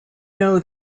know